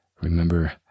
Remember